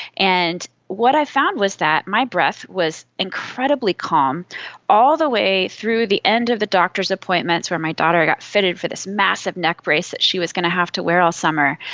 and what i found was that my breath was incredibly calm all the way through the end of the doctors' appointments where my doctor got fitted for this massive neck brace that she was going to have to wear all summer.